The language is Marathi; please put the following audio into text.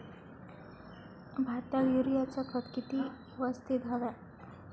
भाताक युरियाचा खत किती यवस्तित हव्या?